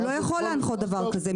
הוא לא יכול להנחות דבר כזה,